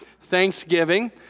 Thanksgiving